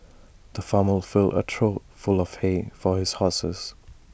the farmer filled A trough full of hay for his horses